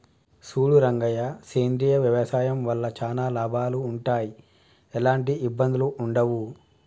సూడు రంగయ్య సేంద్రియ వ్యవసాయం వల్ల చానా లాభాలు వుంటయ్, ఎలాంటి ఇబ్బందులూ వుండయి